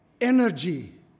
energy